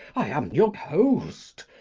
i am your host.